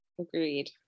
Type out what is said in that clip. Agreed